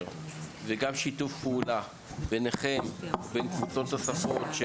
ואת שיתוף הפעולה ביניכם לבין קבוצות נוספות,